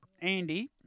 Andy